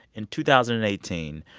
in two thousand and eighteen,